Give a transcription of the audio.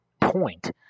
point